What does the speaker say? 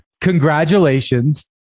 Congratulations